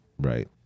right